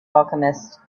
alchemist